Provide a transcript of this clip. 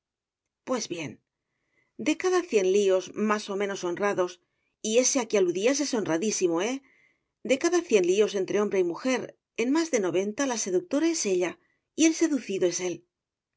pues bien de cada cien líos más o menos honrados y ese a que aludías es honradísimo eh de cada cien líos entre hombre y mujer en más de noventa la seductora es ella y el seducido es él